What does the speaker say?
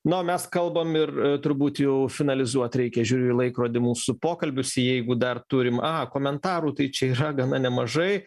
na o mes kalbam ir turbūt jau finalizuot reikia žiūriu į laikrodį mūsų pokalbius jeigu dar turim komentarų tai čia yra gana nemažai